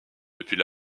depuis